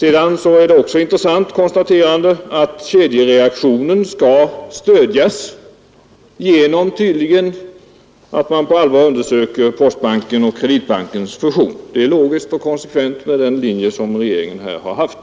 Ett intressant konstaterande är också att kedjereaktionen tydligen skall stödjas genom att man på allvar undersöker möjligheterna för en fusion av Postbanken och Kreditbanken. Det är logiskt och i konsekvens med regeringens linje i detta fall.